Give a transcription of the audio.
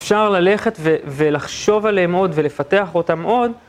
אפשר ללכת ולחשוב עליהם עוד ולפתח אותם עוד.